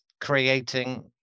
creating